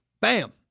Bam